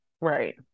right